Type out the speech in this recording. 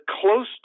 close